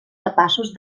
capaços